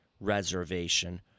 reservation